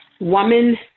woman